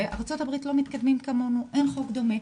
בארצות הברית לא מתקדמים כמונו, אין כחוק דומה,